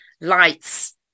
lights